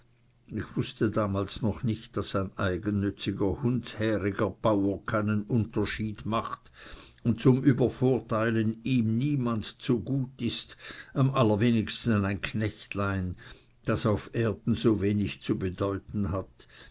ich wußte damals noch nicht daß ein eigennütziger hundshäriger bauer keinen unterschied macht und zum übervorteilen ihm niemand zu gut ist am allerwenigsten ein knechtlein das auf erden so wenig zu bedeuten hat